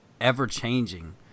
ever-changing